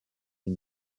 est